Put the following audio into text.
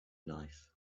knife